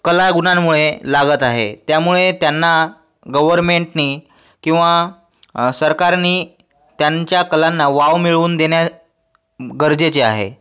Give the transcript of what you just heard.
कलागुणांमुळे लागत आहे त्यामुळे त्यांना गव्हर्मेंटने किंवा सरकारने त्यांच्या कलांना वाव मिळवून देण्यास गरजेचे आहे